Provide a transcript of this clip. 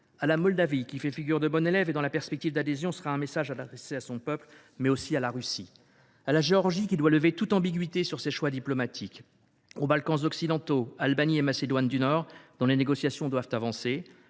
à la Moldavie, qui fait figure de « bon élève », et dont la perspective d’adhésion sera un message adressé à son peuple, mais aussi à la Russie ; à la Géorgie, qui doit lever toute ambiguïté sur ses choix diplomatiques ; aux Balkans occidentaux – Albanie et Macédoine du Nord –, pour lesquels les négociations doivent avancer